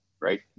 right